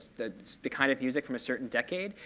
the the kind of music from a certain decade,